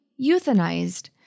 euthanized